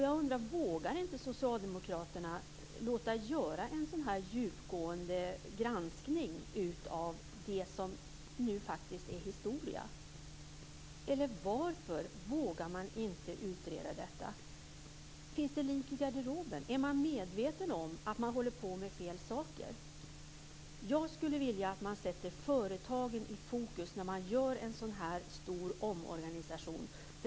Jag undrar: Vågar inte Socialdemokraterna låta göra en sådan här djupgående granskning av det som nu är historia? Eller varför vågar man inte utreda detta? Finns det lik i garderoben? Är man medveten om att man håller på med fel saker? Jag skulle vilja att man sätter företagen i fokus när man gör en sådan här stor omorganisation.